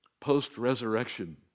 post-resurrection